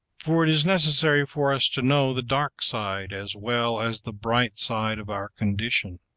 for it is necessary for us to know the dark side as well as the bright side of our condition.